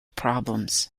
problems